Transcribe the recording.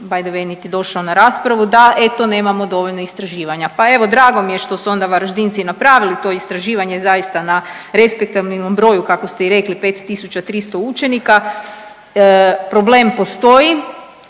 way niti došao na raspravu, da eto, nemamo dovoljno istraživanja. Pa evo, drago mi je da su onda Varaždinci napravili to istraživanje zaista na respektabilnom broju, kako ste i rekli, 5300 učenika, problem postoji,